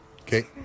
Okay